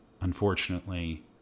unfortunately